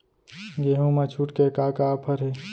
गेहूँ मा छूट के का का ऑफ़र हे?